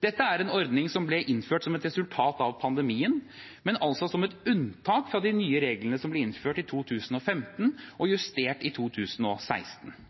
Dette er en ordning som ble innført som et resultat av pandemien, men altså som et unntak fra de nye reglene som ble innført i 2015 og justert i 2016.